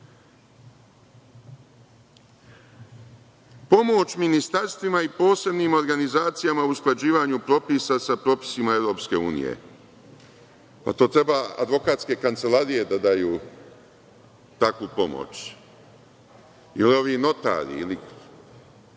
Vladi. Pomoć ministarstvima i posebnim organizacijama u usklađivanju propisa sa propisima EU. To treba advokatske kancelarije da daju takvu pomoć ili ovi notari,